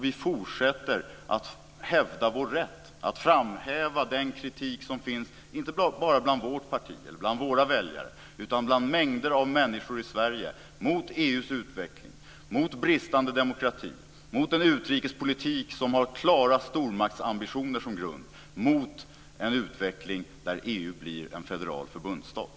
Vi fortsätter att hävda vår rätt att framhäva den kritik som finns, inte bara inom vårt parti eller bland våra väljare utan bland mängder av människor i Sverige - mot EU:s utveckling, mot bristande demokrati, mot en utrikespolitik som har klara stormaktsambitioner som grund, mot en utveckling där EU blir en federal förbundsstat.